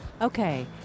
Okay